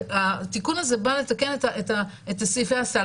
והתיקון הזה בא לתקן את סעיפי הסל.